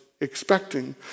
expecting